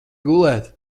gulēt